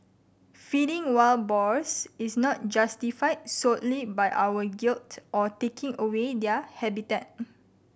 feeding wild boars is not justified solely by our guilt of taking away their habitat